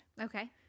Okay